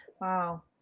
Wow